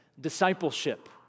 Discipleship